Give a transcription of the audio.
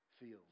feels